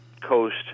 coast